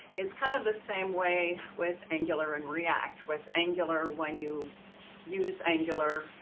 it's kind of the same way with angular and react. with angular, when you use angular,